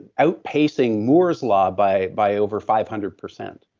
outpacing moore's law by by over five hundred percent,